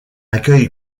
accueil